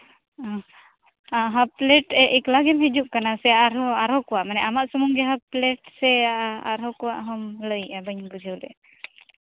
ᱚ half plate ᱮᱠᱞᱟ ᱜᱮᱢ ᱦᱤᱡᱩᱜ ᱠᱟᱱᱟ ᱥᱮ ᱟᱨᱦᱚᱸ ᱟᱨᱦᱚᱸ ᱠᱚᱣᱟᱜ ᱢᱟᱱᱮ ᱟᱢᱟᱜ ᱥᱩᱢᱩᱝ ᱜᱮ ᱦᱟᱯᱷ ᱯᱞᱮᱴ ᱥᱮ ᱟᱨᱦᱚᱸ ᱠᱚᱣᱟᱜ ᱦᱚᱸᱢ ᱞᱟᱹᱭᱮᱫᱼᱟ ᱵᱟᱹᱧ ᱵᱩᱡᱷᱟᱹᱣ ᱞᱮᱜᱼᱟ